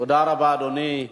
תודה רבה, אדוני.